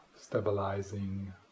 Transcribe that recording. stabilizing